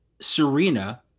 Serena